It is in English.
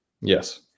Yes